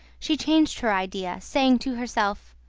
she changed her idea, saying to herself,